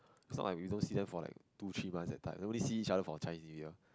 its not like we don't see them for like two three months that type nobody see each other for Chinese-New-Year